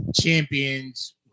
champions